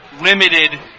limited